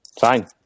Fine